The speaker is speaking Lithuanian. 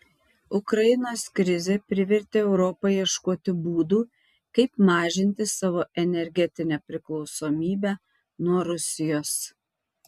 ukrainos krizė privertė europą ieškoti būdų kaip mažinti savo energetinę priklausomybę nuo rusijos